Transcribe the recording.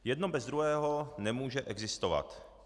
Jedno bez druhého nemůže existovat.